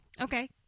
Okay